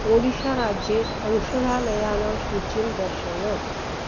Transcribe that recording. ओडिषा राज्ये औषधालयानां सूचीं दर्शय